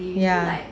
ya